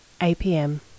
APM